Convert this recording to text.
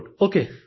Okay